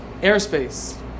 airspace